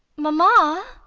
mamma!